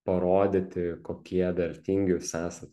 parodyti kokie vertingi jūs esat